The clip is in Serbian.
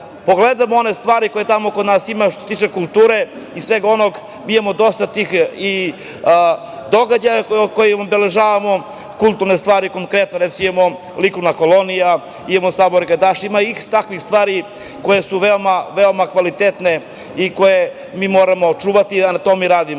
pogledamo one stvari koje tamo kod nas ima. Što se tiče kulture, mi imamo dosta tih događaja koje obeležavamo, kulturne stvari konkretno. Recimo, imamo likovnu koloniju, imamo sabor gajdaša, ima iks takvih stvari koje su veoma kvalitetne i koje mi moramo čuvati i na tome radimo.